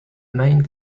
main